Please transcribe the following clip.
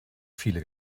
viele